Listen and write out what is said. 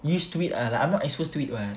used to it ah like I'm not exposed to it [what]